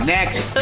Next